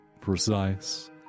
precise